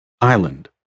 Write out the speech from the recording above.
Island